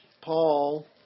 Paul